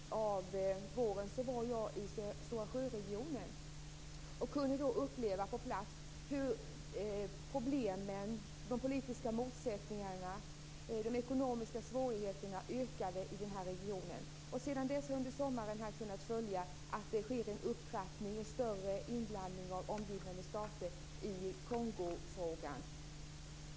Fru talman! Jag vill ställa en fråga till statsrådet I slutet av våren var jag i Stora sjöregionen. Jag kunde då på plats hur problemen, de politiska motsättningarna och de ekonomiska svårigheterna ökade. Under sommaren har jag kunnat följa utvecklingen, att det i Kongofrågan sker en upptrappning av konflikten och en större inblandning av omgivande stater.